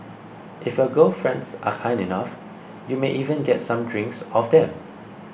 if your gal friends are kind enough you may even get some drinks off them